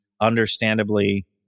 understandably